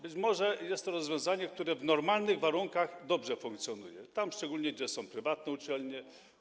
Być może jest to rozwiązanie, które w normalnych warunkach dobrze funkcjonuje, szczególnie tam, gdzie są prywatne uczelnie.